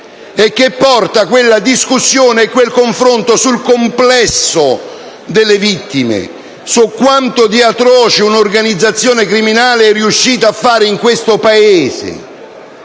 e porta la discussione e il confronto sul complesso delle vittime, su quanto di atroce un'organizzazione criminale è riuscita a fare in questo Paese.